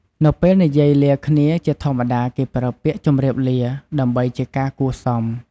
នៅពេលនិយាយលាគ្នាជាធម្មតាគេប្រើពាក្យ "ជំរាបលា" ដើម្បីជាការគួរសម។